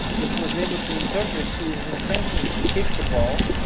which was able to interpret his intention to kick the ball.